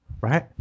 right